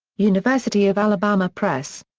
university of alabama press.